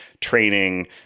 training